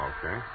Okay